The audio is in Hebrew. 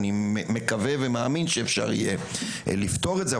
אני מקווה ומאמין שאפשר יהיה לפתור את זה,